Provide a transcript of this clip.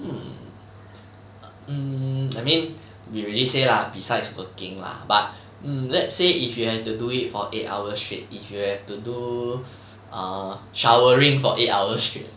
hmm um I mean we already say lah besides working lah but um let's say if you have to do it for eight hours straight if you have to do err showering for eight hours straight